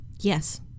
Yes